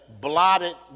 blotted